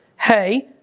hey,